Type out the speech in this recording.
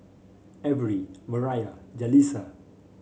Averie Mariah Jalissa